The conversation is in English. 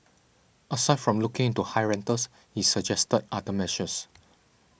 aside from looking into high rentals he suggested other measures